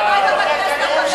אתה לא היית בכנסת הקודמת.